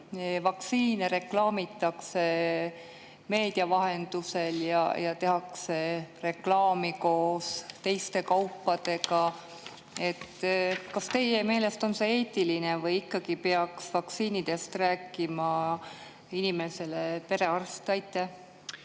vaktsiine reklaamitakse meedia vahendusel ja tehakse reklaami koos teiste kaupadega? Kas teie meelest on see eetiline? Või ikkagi peaks vaktsiinidest rääkima inimesele perearst? Aitäh,